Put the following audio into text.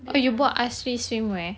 oh you bought asrin swim wear